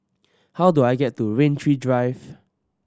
how do I get to Rain Tree Drive